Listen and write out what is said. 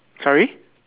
sorry